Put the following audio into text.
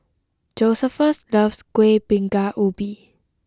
Josephus loves Kueh Bingka Ubi